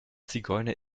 zigeuner